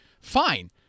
Fine